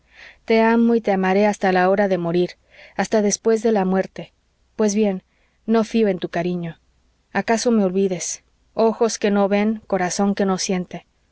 te amo y te amaré hasta la hora de morir hasta después de la muerte pues bien no fío en tu cariño acaso me olvides ojos que no ven corazón que no siente